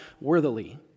worthily